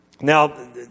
Now